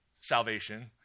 salvation